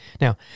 Now